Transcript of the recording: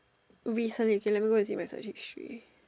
recently I can not remember where is the history